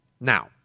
now